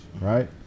right